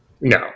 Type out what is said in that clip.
No